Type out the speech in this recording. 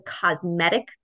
cosmetic